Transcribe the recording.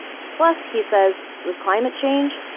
plus, he says, with climate change,